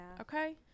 okay